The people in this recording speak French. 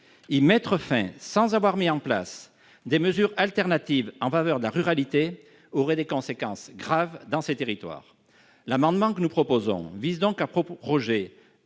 Y mettre fin sans avoir mis en place des mesures alternatives en faveur de la ruralité aurait des conséquences graves dans ces territoires. Le présent amendement vise donc à proroger